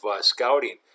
scouting